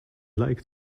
like